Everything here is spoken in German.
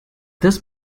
das